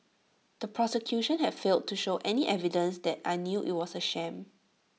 the prosecution has failed to show any evidence that I knew IT was A sham